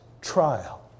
trial